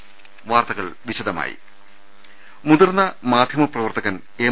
ങ്ങ ൽ മുതിർന്ന മാധ്യമ പ്രവർത്തകൻ എം